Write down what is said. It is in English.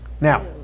Now